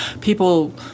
People